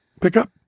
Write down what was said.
pickup